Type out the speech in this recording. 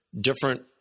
different